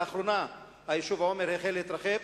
לאחרונה היישוב עומר החל להתרחב,